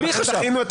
מי חשב?